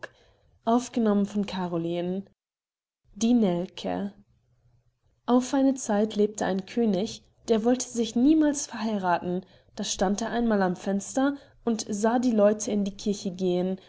die nelke auf eine zeit lebte ein könig der wollte sich niemals verheirathen da stand er einmal am fenster und sahe die leute in die kirche gehen